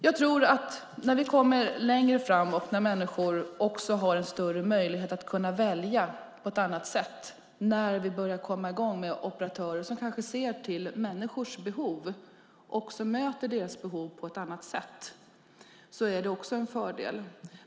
Jag tror att när vi kommer längre framåt, när människor har större möjlighet att välja på ett annat sätt, när vi börjar komma i gång med operatörer som ser till människors behov och också möter deras behov på ett annat sätt, så är det en fördel.